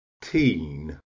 teen